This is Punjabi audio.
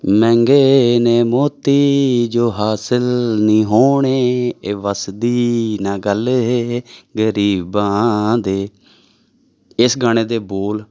ਮਹਿੰਗੇ ਨੇ ਮੋਤੀ ਜੋ ਹਾਸਲ ਨਹੀਂ ਹੋਣੇ ਇਹ ਵੱਸ ਦੀ ਨਾ ਗੱਲ ਇਹ ਗਰੀਬਾਂ ਦੇ ਇਸ ਗਾਣੇ ਦੇ ਬੋਲ